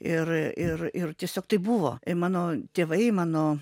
ir ir ir tiesiog tai buvo mano tėvai mano